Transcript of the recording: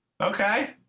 Okay